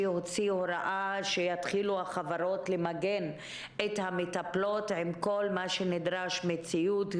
הוציא הוראה שיתחילו החברות למגן את המטפלות עם כל מה שנדרש ציוד,